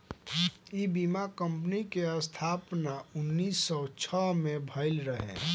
इ बीमा कंपनी के स्थापना उन्नीस सौ छह में भईल रहे